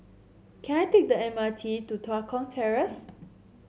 can I take the M R T to Tua Kong Terrace